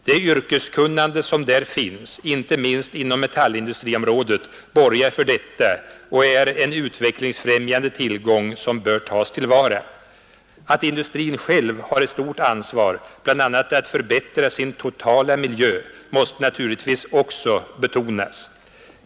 Det yrkeskunnande som där finns, inte minst inom metallindustriområdet, borgar för detta och är en utvecklingsfrämjande tillgång som bör tas till vara. Att industrin själv har ett stort ansvar bl.a. för att förbättra sin totala miljö måste naturligtvis också betonas.